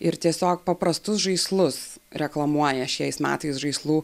ir tiesiog paprastus žaislus reklamuoja šiais metais žaislų